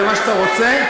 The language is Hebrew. זה מה שאתה רוצה?